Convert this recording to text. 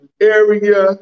area